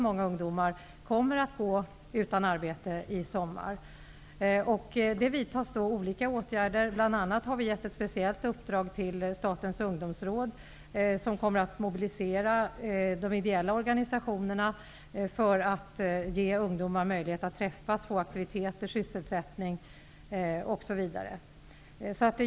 Många ungdomar kommer att gå utan arbete i sommar. Det vidtas därför olika åtgärder. Vi har bl.a. gett ett speciellt uppdrag till Statens ungdomsråd, som kommer att mobilisera de ideella organisationerna för att de skall bidra till att ge ungdomar möjlighet att träffas, att få aktiviteter och sysselsättning.